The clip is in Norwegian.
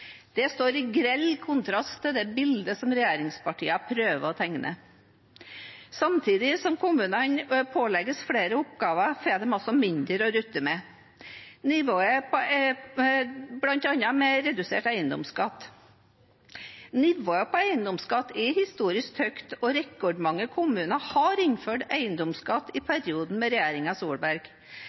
Det står i grell kontrast til det bildet regjeringspartiene prøver å tegne. Samtidig som kommunene pålegges flere oppgaver, får de mindre å rutte med, bl.a. med redusert eiendomsskatt. Nivået på eiendomsskatt er historisk høyt, og rekordmange kommuner har innført eiendomsskatt i perioden med regjeringen Solberg.